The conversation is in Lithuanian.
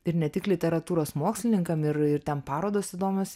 ir ne tik literatūros mokslininkam ir ir ten parodos įdomios